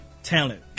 Talent